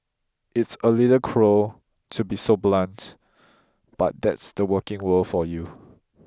it's a little cruel to be so blunt but that's the working world for you